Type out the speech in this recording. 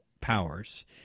powers